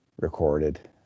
recorded